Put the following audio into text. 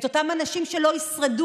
את אותם אנשים שאולי לא ישרדו.